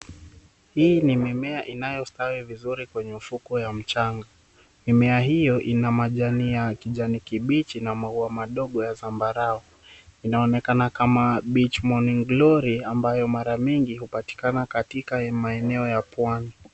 Hii ni mimea inayostawi vizuri kwenye ufukwe wa mchanga, mimea hiyo ina majani ya kijani kibichi na maua madogo ya zambarau. Inaonekana kama Beach Morning Glory , ambayo mara mingi hupatikana katika maeneo ya pwani.